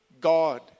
God